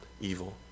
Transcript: evil